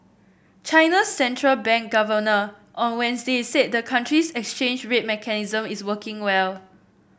China's central bank governor on Wednesday said the country's exchange rate mechanism is working well